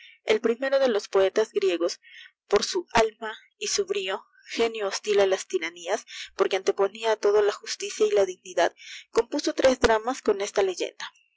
el primero de los poetas griegos por su alma y su brío genio hostil á las tiranías porque anteponia a todo la justicia y la dignidad compuso tres dramas con esta leyenda